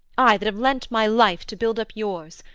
i, that have lent my life to build up yours,